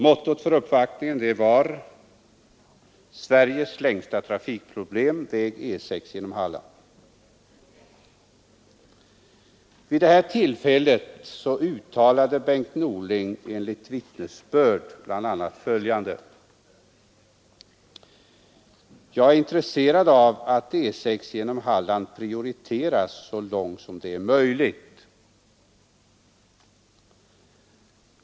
Mottot för uppvaktningen var: ”Sveriges längsta trafikproblem — väg E 6 genom Halland.” Vid detta tillfälle uttalade statsrådet Norling enligt vittnesbörd bl.a. följande: Jag är intresserad av att E 6 genom Halland prioriteras så långt som det är möjligt.